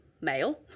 male